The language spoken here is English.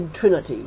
Trinity